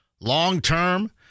long-term